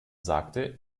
sagte